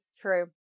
true